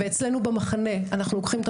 ואצלנו במחנה אנחנו לוקחים את